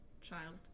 child